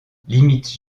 limites